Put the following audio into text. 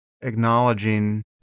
acknowledging